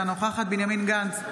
אינה נוכחת בנימין גנץ,